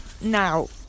now